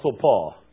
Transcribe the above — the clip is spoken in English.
Paul